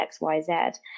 xyz